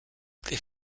they